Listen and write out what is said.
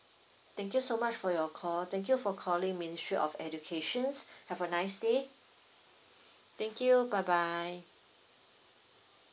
thank you so much for your call thank you for calling ministry of educations have a nice day thank you bye bye